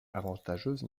avantageuse